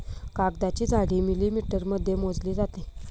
कागदाची जाडी मिलिमीटरमध्ये मोजली जाते